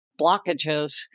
blockages